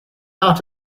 out